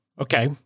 okay